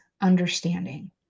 understanding